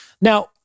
Now